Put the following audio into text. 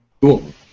Cool